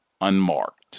unmarked